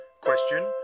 Question